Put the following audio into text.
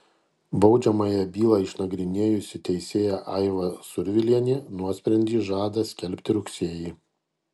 baudžiamąją bylą išnagrinėjusi teisėja aiva survilienė nuosprendį žada skelbti rugsėjį